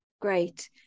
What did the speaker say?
Great